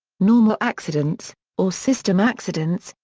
normal accidents, or system accidents,